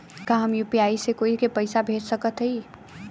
का हम यू.पी.आई से केहू के पैसा भेज सकत हई?